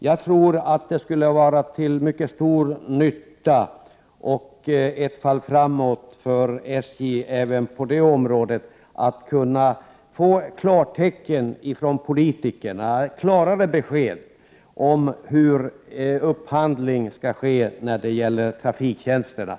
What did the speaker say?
Jag tror att det skulle vara till mycket stor nytta och innebära ett fall framåt för SJ om man även på detta område skulle få klarare besked om hur upphandling skall ske när det gäller trafiktjänsterna.